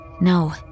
No